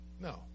No